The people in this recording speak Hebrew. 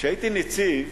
כשהייתי נציב